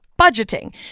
budgeting